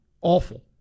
awful